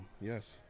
Yes